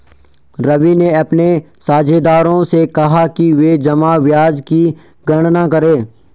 रवि ने अपने साझेदारों से कहा कि वे जमा ब्याज की गणना करें